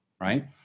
right